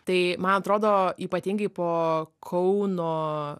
tai man atrodo ypatingai po kauno